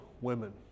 women